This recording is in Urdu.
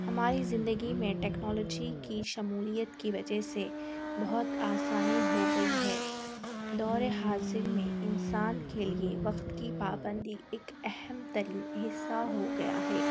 ہماری زندگی میں ٹیکنالوجی کی شمولیت کی وجہ سے بہت آسانی ہو گئی ہے دور حاضر میں انسان کے لئے وقت کی پابندی ایک اہم ترین حصہ ہو گیا ہے